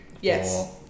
Yes